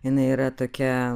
jinai yra tokia